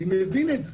אני מבין את זה.